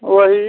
वही